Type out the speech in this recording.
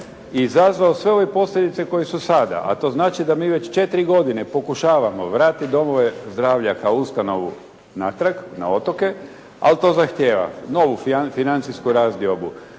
i izazvao sve ove posljedice koje su sada, a to znači da mi već 4 godine pokušavamo vratiti domove zdravlja kao ustanovu natrag na otoke, ali to zahtjeva novu financijsku razdiobu,